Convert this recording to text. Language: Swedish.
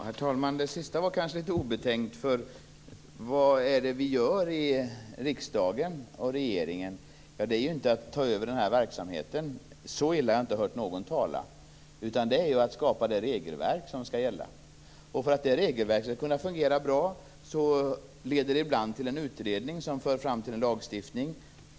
Herr talman! Det senaste var kanske litet obetänkt. Vad är det vi gör i riksdagen och regeringen? Ja, inte är det att ta över den här verksamheten! Så illa har jag inte hört någon tala. Vi skapar i stället det regelverk som skall gälla. För att det regelverket skall kunna fungera bra leder det ibland till en utredning som för fram till en lagstiftning.